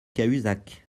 cahuzac